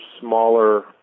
smaller